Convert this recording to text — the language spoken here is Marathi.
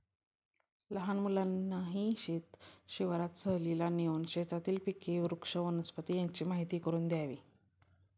लहान मुलांनाही शेत शिवारात सहलीला नेऊन शेतातील पिके, वृक्ष, वनस्पती यांची माहीती करून द्यावी